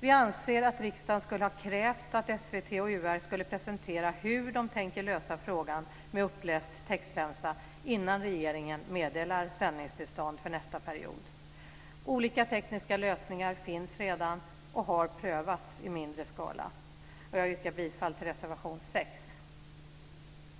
Vi anser att riksdagen skulle ha krävt att SVT och UR skulle presentera hur de tänker lösa frågan med uppläst textremsa innan regeringen meddelar sändningstillstånd för nästa period. Olika tekniska lösningar finns redan och har prövats i mindre skala. Jag yrkar bifall till reservation nr 6.